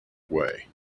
way